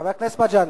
חבר הכנסת מג'אדלה.